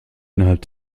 innerhalb